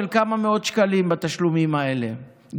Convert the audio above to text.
כמה מאות שקלים בתשלומים האלה,